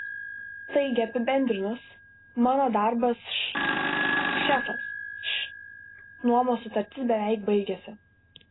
taigi apibendrinus mano darbas š šefas š nuomos sutartis beveik baigiasi